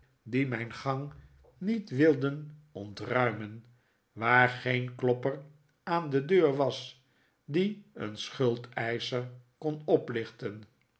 die mijn gang niet wilden ontruimen waar geen klopper aan de deur was dien een schuldeischer kon oplichten